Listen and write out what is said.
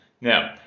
now